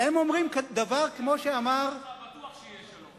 לפי המדיניות שלך, בטוח שיהיה שלום.